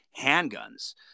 handguns